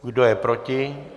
Kdo je proti?